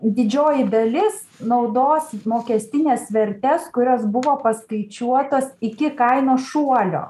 didžioji dalis naudos mokestines vertes kurios buvo paskaičiuotos iki kainos šuolio